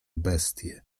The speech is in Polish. bestie